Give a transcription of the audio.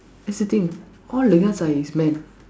that's the thing all the guards are his men